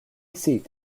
seat